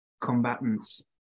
combatants